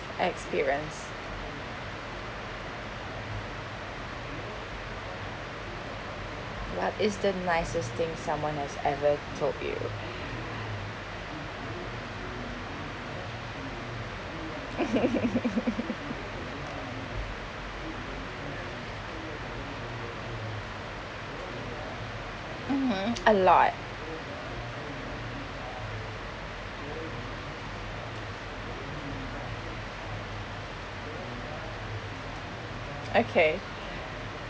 experience what is the nicest thing someone has ever told you mmhmm a lot okay